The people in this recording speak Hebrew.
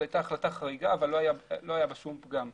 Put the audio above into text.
היא היתה חריגה, אך לא היה בה שום פגם.